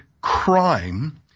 crime